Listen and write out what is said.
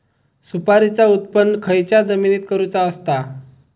सुपारीचा उत्त्पन खयच्या जमिनीत करूचा असता?